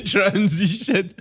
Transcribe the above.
Transition